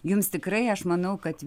jums tikrai aš manau kad